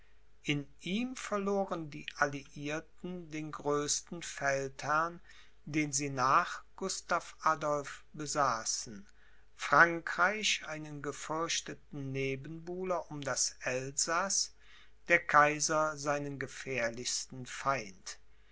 in ihm verloren die alliierten den größten feldherrn den sie nach gustav adolph besaßen frankreich einen gefürchteten nebenbuhler um das elsaß der kaiser seinen gefährlichsten feind